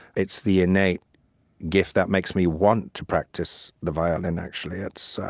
it's the innate gift that makes me want to practice the violin, actually. it's